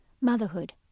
Motherhood